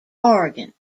oregon